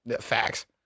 Facts